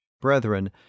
Brethren